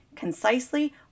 concisely